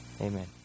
Amen